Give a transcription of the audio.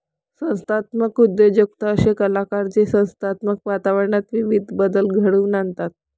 संस्थात्मक उद्योजकता असे कलाकार जे संस्थात्मक वातावरणात विविध बदल घडवून आणतात